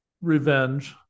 Revenge